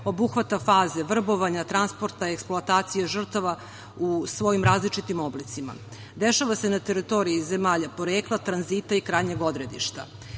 obuhvata faze vrbovanja, transporta, eksploatacije žrtava, u svojim različitim oblicima. Dešava se na teritoriji zemalja porekla, tranzita i krajnjeg odredišta. Jedna